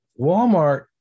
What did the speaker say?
Walmart